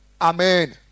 Amen